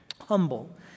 Humble